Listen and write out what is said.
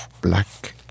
Black